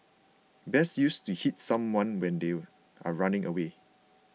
best used to hit someone when they are running away